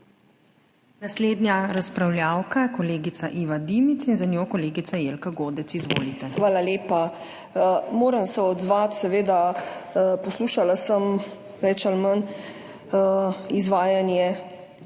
Naslednja razpravljavka je kolegica Iva Dimic in za njo kolegica Jelka Godec. Izvolite. IVA DIMIC (PS NSi): Hvala lepa. Moram se odzvati, seveda, poslušala sem več ali manj izvajanje